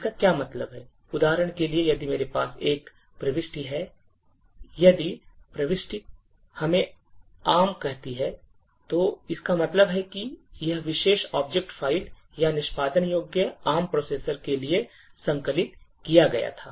इसका क्या मतलब है उदाहरण के लिए यदि मेरे पास एक प्रविष्टि है यदि प्रविष्टि हमें ARM कहती है तो इसका मतलब है कि यह विशेष object file या निष्पादन योग्य ARM processor के लिए संकलित किया गया था